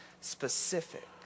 specific